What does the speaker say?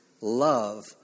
love